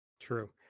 True